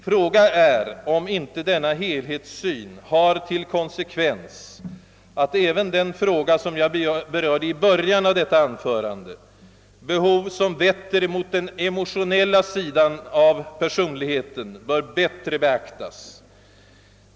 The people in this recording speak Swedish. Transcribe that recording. Fråga är om inte denna helhetssyn har till konsekvens att även de problem, som jag berörde i början av detta anförande, behov som vetter mot den emotionella sidan av personligheten, bättre bör beaktas.